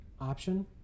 option